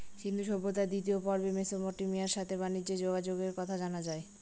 সিন্ধু সভ্যতার দ্বিতীয় পর্বে মেসোপটেমিয়ার সাথে বানিজ্যে যোগাযোগের কথা জানা যায়